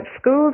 schools